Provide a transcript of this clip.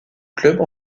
clubs